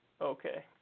Okay